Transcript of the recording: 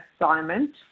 assignment